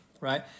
right